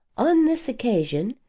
on this occasion,